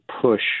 push